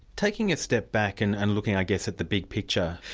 taking a step back and and looking i guess at the big picture,